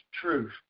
truth